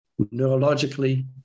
neurologically